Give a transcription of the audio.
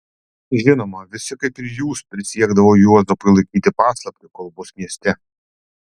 žinoma visi kaip ir jūs prisiekdavo juozapui laikyti paslaptį kol bus mieste